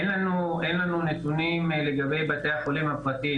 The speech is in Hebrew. אין לנו נתונים לגבי בתי החולים הפרטיים.